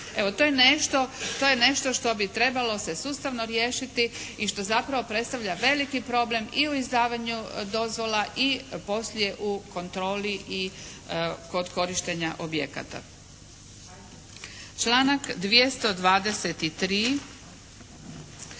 nešto, to je nešto što bi trebalo se sustavno riješiti i što zapravo predstavlja veliki problem i u izdavanju dozvola i poslije u kontroli i kod korištenja objekata. Članak 223.